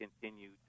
continue